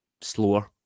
slower